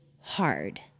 Hard